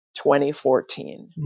2014